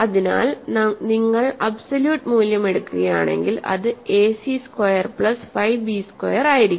അതിനാൽ നിങ്ങൾ അബ്സോല്യൂട്ട് മൂല്യം എടുക്കുകയാണെങ്കിൽ അത് AC square plus 5 B square ആയിരിക്കും